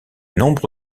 nombre